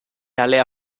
alea